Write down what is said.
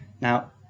Now